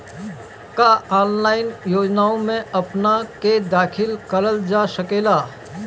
का ऑनलाइन योजनाओ में अपना के दाखिल करल जा सकेला?